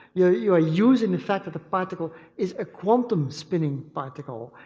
you're you're using the fact that the particle is a quantum spinning particle,